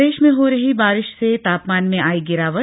प्रदेश में हो रही बारिश से तापमान में आई गिरावट